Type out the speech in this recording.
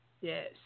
Yes